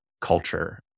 culture